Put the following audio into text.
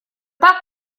так